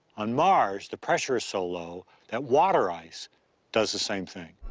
on mars, the pressure is so low that water ice does the same thing.